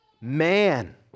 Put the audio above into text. man